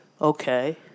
Okay